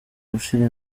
gushyira